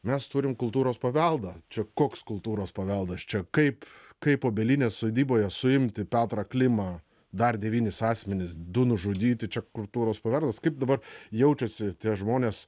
mes turim kultūros paveldą čia koks kultūros paveldas čia kaip kaip obelinės sodyboje suimti petrą klimą dar devynis asmenis du nužudyti čia kurtūros paveldas kaip dabar jaučiasi tie žmonės